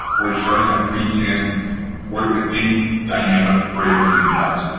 we are showing that we can work with any dynamic braille reader device.